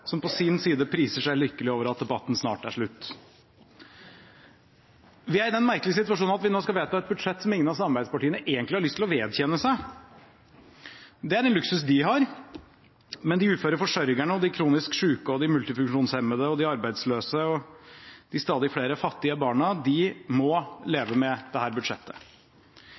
som på sin side priser seg lykkelig over at debatten snart er slutt. Vi er i den merkelige situasjonen at vi nå skal vedta et budsjett som ingen av samarbeidspartiene egentlig har lyst til å vedkjenne seg. Det er en luksus de har, men de uføre forsørgerne, de kronisk syke, de multifunksjonshemmede, de arbeidsløse og de stadig flere fattige barna må leve med dette budsjettet.